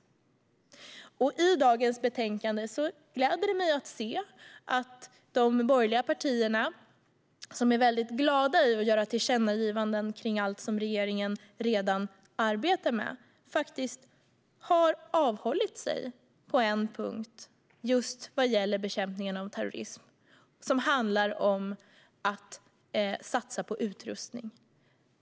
Det gläder mig att i dagens betänkande se att de borgerliga partierna, som är glada i att göra tillkännagivanden om allt som regeringen redan arbetar med, faktiskt har avhållit sig på en punkt som gäller just bekämpningen av terrorism. Det handlar om att satsa på utrustning.